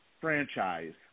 franchise